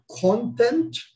content